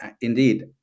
indeed